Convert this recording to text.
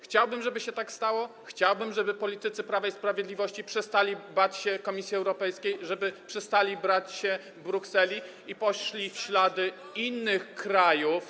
Chciałbym, żeby się tak stało, chciałbym, żeby politycy Prawa i Sprawiedliwości przestali bać się Komisji Europejskiej, żeby przestali bać się Brukseli i poszli w ślady innych krajów.